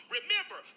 Remember